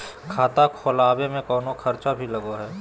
खाता खोलावे में कौनो खर्चा भी लगो है?